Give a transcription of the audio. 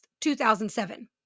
2007